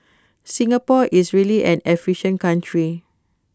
Singapore is really an efficient country